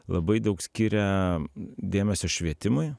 labai daug skiria dėmesio švietimui